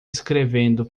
escrevendo